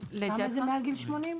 כמה זה מעל גיל 80?